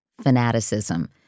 Fanaticism